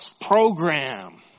program